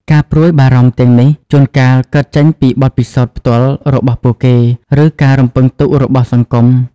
ការព្រួយបារម្ភទាំងនេះជួនកាលកើតចេញពីបទពិសោធន៍ផ្ទាល់របស់ពួកគេ ឬការរំពឹងទុករបស់សង្គម។